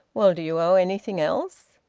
well, do you owe anything else?